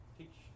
teach